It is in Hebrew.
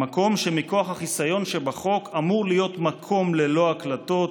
המקום שמכוח החיסיון שבחוק אמור להיות מקום ללא הקלטות,